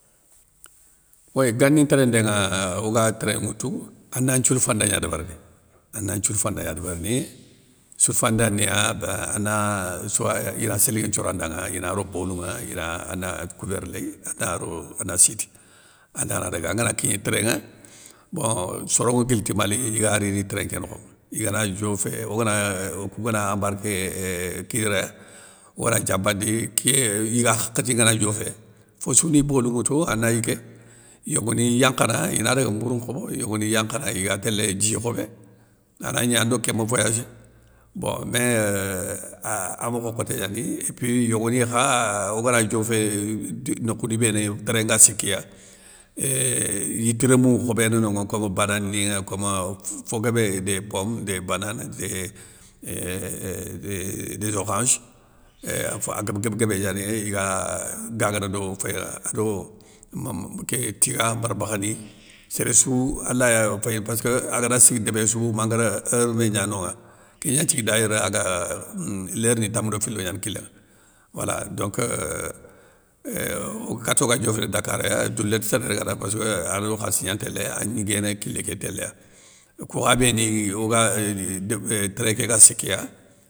Wéy gani ntéréndé nŋa, oga train ŋwoutou, ana nthioulfanda gna débérini, ana nthioulfanda gna débérini, soulfanda ni ya béin ana souwa ina sélinŋé nthiora danŋa, ina ro bolou nŋa ina ane koubér léy, anaro ana siti, anda na daga, anganakigné train ŋa, bon soronŋa guile ti mali iga rini train ké nokhŋa, igana diofé, ogana, okou gana embarqué euuh kidira ya, ona diambandi, ké yiga hakhati ngana dioffé, fossou ni bolou nŋwoutou ana yigué, yogoniy yankhana ina daga mbourou nkhobo, yogoniy yankhana iga télé dji khobé, anagni ando kéma voyagé, bon mé euuh a mokho nkhoté gnani, épi yoggono kha ogana dioffé, di nokhou ni béni train nga sikiya, éuuh yite rémounŋa khobéne nonŋa kom banane ni, kom fo guébé des pommes des bananes, des éuuhh oranges afe aguéb guéb guébé gnani iga ahh gagana do féyénŋa, ado mame ké tiga barbakha ni, séréssou alaya féy passkeu, agana sigui débéssou, mangar heur ni gna nonŋa kégnan nthigui dayeur aga umm lér ni tamou do filo gnana kilénŋa, wala donc euuh kato ga dioféné dakar ya doulé nte séré ragana passkeu ado khalssi gnan ntélé, an gniguéné kilé ké téla. Okou kha béni oga déb train ké ga sikiya.